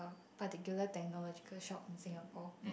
particular technological shop in Singapore